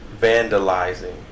vandalizing